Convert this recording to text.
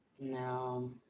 No